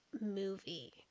movie